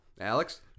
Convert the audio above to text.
Alex